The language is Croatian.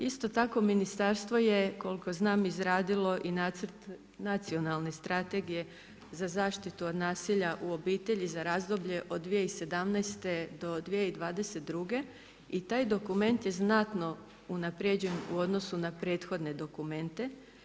Isto tako ministarstvo je, koliko znam izradio i Nacrt nacionalne strategije za zaštitu od nasilja u obitelji za razdoblje od 2017. do 2022. i taj dokument je znatno unaprijeđen u odnosu na prethodne dokumente.